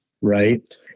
right